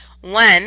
One